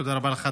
תודה רבה לך,